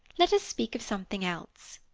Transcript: let us speak of something else